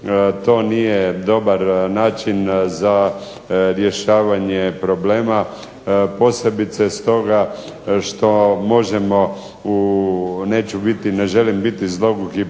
To nije dobar način za rješavanje problema, posebice stoga što možemo u neću biti ne